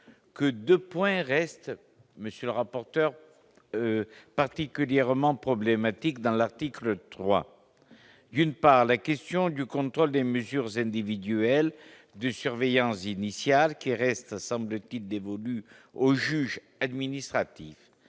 que 2 points restent, monsieur le rapporteur, particulièrement problématique dans l'article 3 : d'une part, la question du contrôle des mesures individuelles des surveillants initiale qui reste, semble-t-il, dévolu au juge administratif,